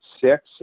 six